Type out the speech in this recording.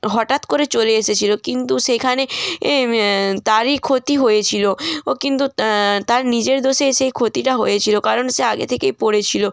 হঠাৎ করে চলে এসেছিলো কিন্তু সেখানে এ তারই ক্ষতি হয়েছিলো ও কিন্তু তার তার নিজের দোষে সেই ক্ষতিটা হয়েছিলো কারণ সে আগে থেকেই পড়েছিলো